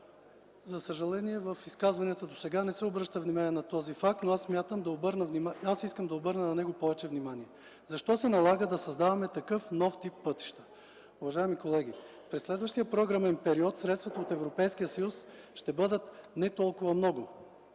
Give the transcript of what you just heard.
законопроект. В изказванията досега не се обръща внимание на този факт, но аз искам да обърна на него повече внимание. Защо се налага да създаваме такъв нов тип пътища? Уважаеми колеги, през следващия програмен период средствата от Европейския съюз ще бъдат не толкова много